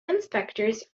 inspectors